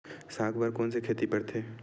साग बर कोन से खेती परथे?